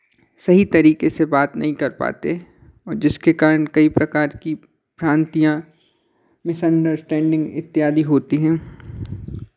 सही तरीके से बात नहीं कर पाते और जिसके कारण कई प्रकार की भ्रांतियाँ मिसअन्डर्स्टैन्डिंग इत्यादि होती हैं